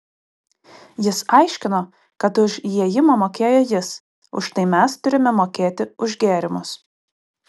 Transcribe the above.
jis aiškino kad už įėjimą mokėjo jis už tai mes turime mokėti už gėrimus